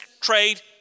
trade